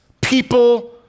people